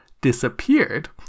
disappeared